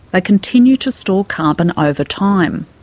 ah continue to store carbon over time.